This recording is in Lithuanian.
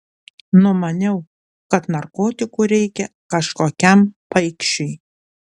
numaniau kad narkotikų reikia kažkokiam paikšiui